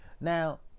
Now